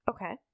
Okay